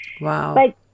Wow